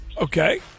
Okay